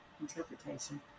interpretation